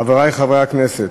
חברי חברי הכנסת,